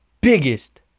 biggest